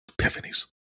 epiphanies